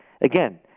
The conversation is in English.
Again